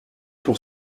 pour